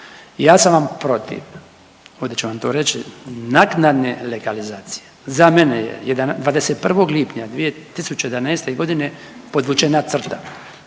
Ja sam vam protiv, ovdje ću vam to reći naknadne legalizacije. Za mene je 21. lipnja 2011.g. podvučena crta